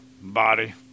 body